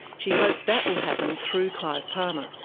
she hopes that will happen through clive palmer.